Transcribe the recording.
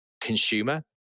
consumer